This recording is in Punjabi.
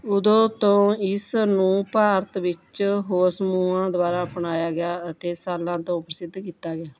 ਉਦੋਂ ਤੋਂ ਇਸ ਨੂੰ ਭਾਰਤ ਵਿੱਚ ਹੋਰ ਸਮੂਹਾਂ ਦੁਆਰਾ ਅਪਣਾਇਆ ਗਿਆ ਅਤੇ ਸਾਲਾਂ ਤੋਂ ਪ੍ਰਸਿੱਧ ਕੀਤਾ ਗਿਆ